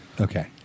Okay